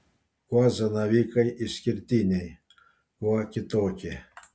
kuo zanavykai išskirtiniai kuo kitokie